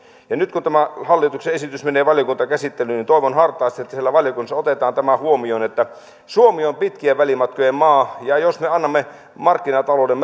nyt kun tämä hallituksen esitys menee valiokuntakäsittelyyn niin toivon hartaasti että siellä valiokunnassa otetaan huomioon että suomi on pitkien välimatkojen maa jos me annamme markkinatalouden